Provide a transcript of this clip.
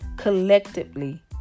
Collectively